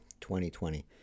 2020